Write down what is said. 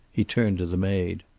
he turned to the maid.